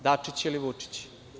Dačić ili Vučić?